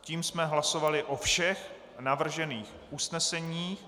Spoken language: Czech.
Tím jsme hlasovali o všech navržených usneseních.